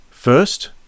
first